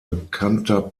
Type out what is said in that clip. bekannter